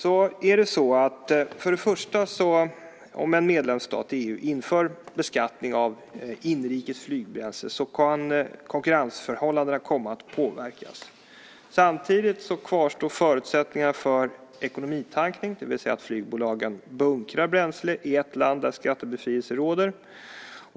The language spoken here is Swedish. Först och främst är det så att om en medlemsstat i EU inför beskattning av inrikes flygbränsle så kan konkurrensförhållandena komma att påverkas. Samtidigt kvarstår förutsättningarna för ekonomitankning, det vill säga att flygbolagen bunkrar bränsle i ett land där skattebefrielse råder.